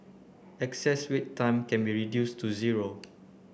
excess wait time can be reduced to zero